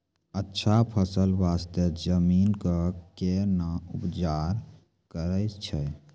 अच्छा फसल बास्ते जमीन कऽ कै ना उपचार करैय छै